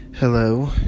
Hello